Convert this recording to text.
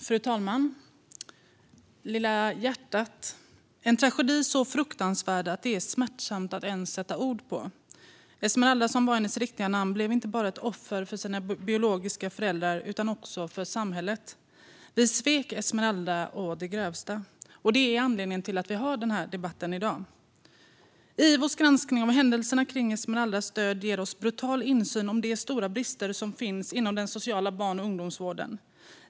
Fru talman! Lilla hjärtat - en tragedi så fruktansvärd att det är smärtsamt att ens sätta ord på den. Esmeralda, som var hennes riktiga namn, blev inte bara ett offer för sina biologiska föräldrar utan också för samhället. Vi svek Esmeralda å de grövsta. Det är anledningen till att vi har den här debatten i dag. IVO:s granskning av händelserna kring Esmeraldas död ger oss en brutal insyn i de stora brister som finns inom den sociala barn och ungdomsvården.